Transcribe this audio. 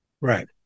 Right